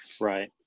Right